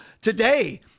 today